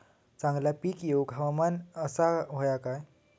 चांगला पीक येऊक हवामान कसा होया?